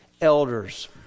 elders